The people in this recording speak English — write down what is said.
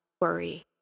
worry